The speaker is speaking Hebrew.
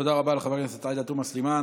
תודה רבה לחברת הכנסת עאידה תומא סלימאן.